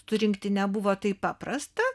surinkti nebuvo taip paprasta